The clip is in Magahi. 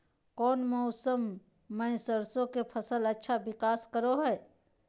कौन मौसम मैं सरसों के फसल अच्छा विकास करो हय?